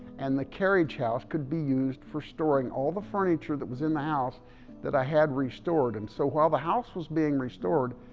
and the carriage house could be used for storing all the furniture that was in the house that i had restored. and so, while the house was being restored,